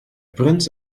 prince